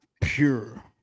Pure